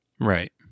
Right